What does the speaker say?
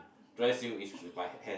dry swimming is with my hand